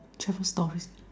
travel story